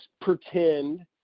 pretend